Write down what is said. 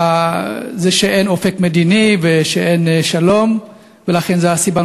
שאין אופק מדיני ושאין שלום, ולכן, זאת הסיבה.